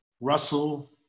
Russell